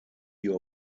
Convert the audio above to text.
your